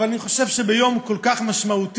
אבל אני חושב שביום כל כך משמעותי,